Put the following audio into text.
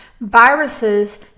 Viruses